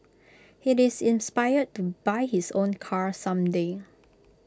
he is inspired to buy his own car some day